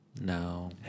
No